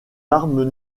armes